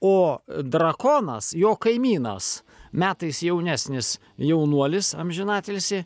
o drakonas jo kaimynas metais jaunesnis jaunuolis amžinatilsį